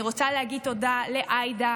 אני רוצה להגיד תודה לעאידה,